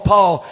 Paul